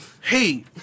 Hey